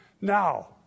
now